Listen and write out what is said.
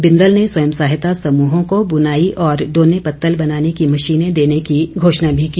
बिंदल ने स्वयं सहायता समूहों को बुनाई और डोने पतल बनाने की मशीने देने की घोषणा भी की